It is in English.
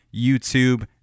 YouTube